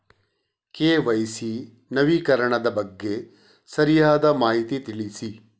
KYC ನವೀಕರಣದ ಬಗ್ಗೆ ಸರಿಯಾದ ಮಾಹಿತಿ ತಿಳಿಸಿ?